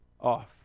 off